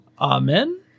Amen